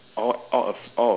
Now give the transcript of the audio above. oh oh a ph~